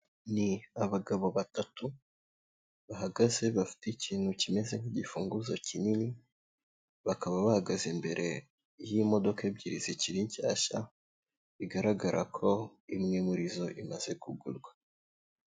Ni abagabo batatu bahagaze bafite ikintu kimeze nk'igifunguzo kinini, bakaba bahagaze imbere y'imodoka ebyiri zikiri nshyasha, bigaragara ko imwe muri zo imaze kugurwa.